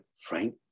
Frank